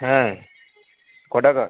হ্যাঁ ক টাকা